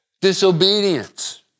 disobedience